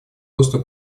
росту